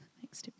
thanks